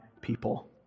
people